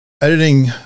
editing